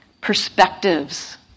perspectives